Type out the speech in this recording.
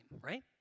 right